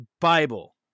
Bible